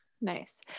Nice